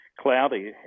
cloudy